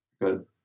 Good